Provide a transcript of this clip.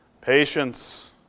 patience